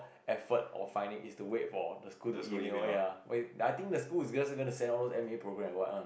effort or finding is to wait for the school to email ya wait I think the school is just going to send all those M A program or what one